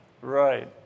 Right